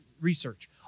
research